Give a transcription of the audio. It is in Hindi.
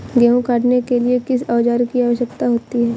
गेहूँ काटने के लिए किस औजार की आवश्यकता होती है?